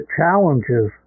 challenges